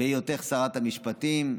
בהיותך שרת המשפטים,